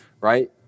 right